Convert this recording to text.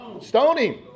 Stoning